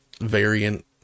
variant